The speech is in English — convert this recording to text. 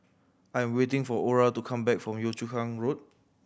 I am waiting for Orah to come back from Yio Chu Kang Road